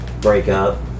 Breakup